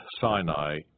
Sinai